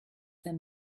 them